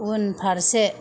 उनफारसे